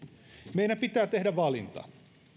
meidän pitää tehdä valinta